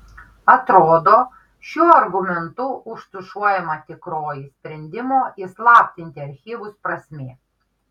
atrodo šiuo argumentu užtušuojama tikroji sprendimo įslaptinti archyvus prasmė